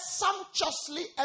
sumptuously